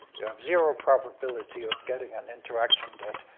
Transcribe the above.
you have zero probability of getting an interaction that.